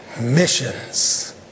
missions